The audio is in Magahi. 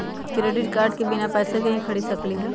क्रेडिट कार्ड से बिना पैसे के ही खरीद सकली ह?